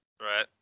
Right